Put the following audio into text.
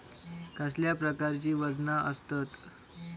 कसल्या प्रकारची वजना आसतत?